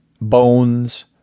Bones